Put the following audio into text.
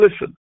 listen